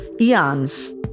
eons